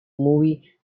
movie